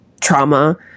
trauma